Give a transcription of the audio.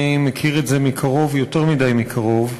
אני מכיר את זה מקרוב, יותר מדי מקרוב.